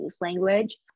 language